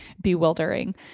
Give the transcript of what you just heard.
bewildering